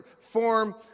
form